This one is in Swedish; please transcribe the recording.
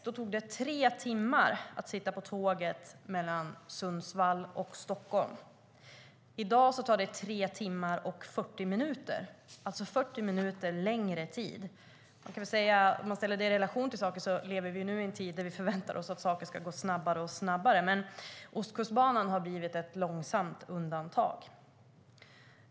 Då tog det tre timmar att sitta på tåget mellan Sundsvall och Stockholm. I dag tar det tre timmar och 40 minuter, alltså 40 minuter längre tid. Låt oss ställa det i relation till att vi nu lever i en tid där vi förväntar oss att saker ska gå snabbare och snabbare. Ostkustbanan har blivit ett långsamt undantag.